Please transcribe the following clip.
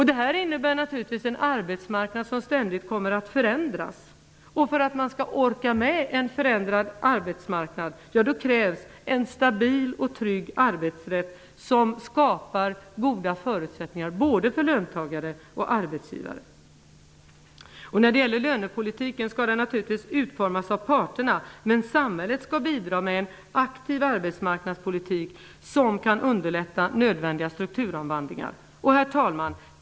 Det innebär naturligtvis en arbetsmarknad som ständigt kommer att förändras. För att man skall orka med en förändrad arbetsmarknad krävs en stabil och trygg arbetsrätt som skapar goda förutsättningar både för löntagare och för arbetsgivare. Lönepolitiken skall naturligtvis utformas av parterna, men samhället skall bidra med en aktiv arbetsmarknadspolitik som kan underlätta nödvändiga strukturomvandlingar. Herr talman!